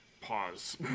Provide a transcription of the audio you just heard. Pause